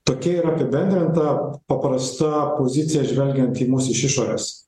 tokia yra apibendrinta paprasta pozicija žvelgiant į mus iš išorės